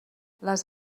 les